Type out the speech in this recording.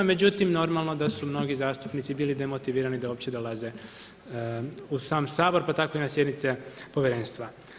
Međutim, normalno da su mnogi zastupnici bili demotivirani da uopće dolaze u sam Sabor, pa tako i na sjednice Povjerenstva.